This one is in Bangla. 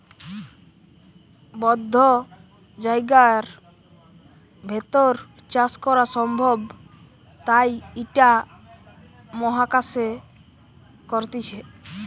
বদ্ধ জায়গার ভেতর চাষ করা সম্ভব তাই ইটা মহাকাশে করতিছে